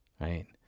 right